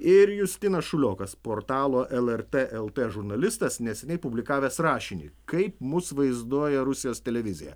ir justinas šuliokas portalo lrt lt žurnalistas neseniai publikavęs rašinį kaip mus vaizduoja rusijos televizija